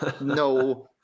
no